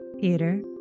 Peter